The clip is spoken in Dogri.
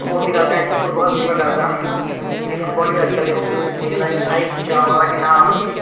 स्पोर्ट दी गल्ल करां जियां हून फुटबाल दी गल्ल करां ते फुटबाल बी अजकल इन्ना हाइक च अबा दे के इन्ना